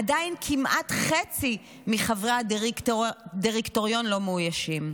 עדיין כמעט חצי מחברי הדירקטוריון לא מאוישים,